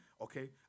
Okay